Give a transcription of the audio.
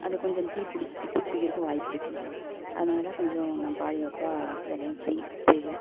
அது கொஞ்சம் தீ பிடிச்சி தீ பிடிக்கிறதுக்கும் வாய்ப்பு இருக்குது அதனால கொஞ்சம் நான் பாதுகாப்பாக வேலையும் செய் செய்வேன்